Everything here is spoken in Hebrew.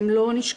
הם לא נשכחו,